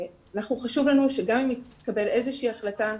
חשוב לנו שגם אם תתקבל איזושהי החלטה,